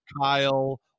Kyle